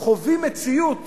אתם חווים מציאות